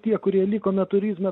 tie kurie likome turizme